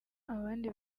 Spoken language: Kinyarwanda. abandi